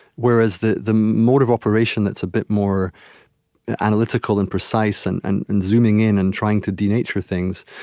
whereas the the mode of operation that's a bit more analytical and precise and and and zooming in and trying to denature things,